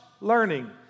learning